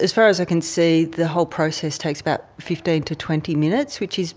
as far as i can see, the whole process takes about fifteen to twenty minutes, which is